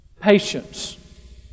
Patience